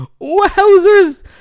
wowzers